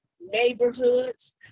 neighborhoods